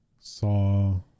saw